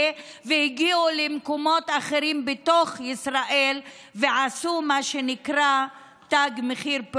והגיעו למקומות אחרים בתוך ישראל ועשו מה שנקרא "תג מחיר",